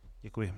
Děkuji.